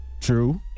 True